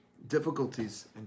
difficulties